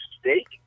steak